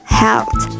health